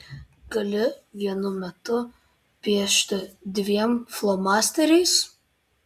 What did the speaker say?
gali vienu metu piešti dviem flomasteriais